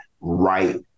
right